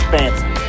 Fancy